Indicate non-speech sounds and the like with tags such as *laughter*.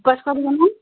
*unintelligible*